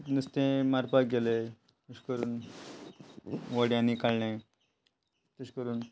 नुस्तें मारपाक गेले तशें करून व्हड्यांनी काडलें तशें करून